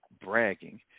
bragging